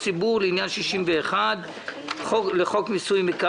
האישורים שברשימה הוא מיום אישורה של ועדת